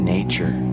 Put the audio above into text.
nature